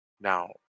Now